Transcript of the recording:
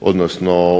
u